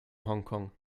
hongkong